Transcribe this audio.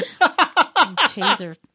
taser